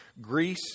Greece